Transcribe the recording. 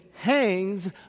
hangs